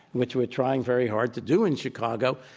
which we're trying very hard to do in chicago,